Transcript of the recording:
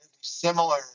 similar